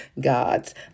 Gods